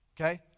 okay